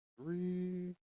three